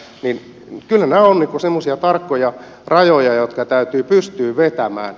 kyllä nämä ovat semmoisia tarkkoja rajoja jotka täytyy pystyä vetämään